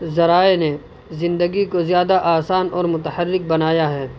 ذرائع نے زندگی کو زیادہ آسان اور متحرک بنایا ہے